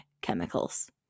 chemicals